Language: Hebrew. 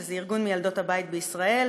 שזה ארגון מיילדות הבית בישראל,